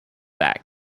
that